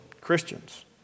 Christians